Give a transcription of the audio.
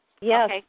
Yes